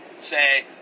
say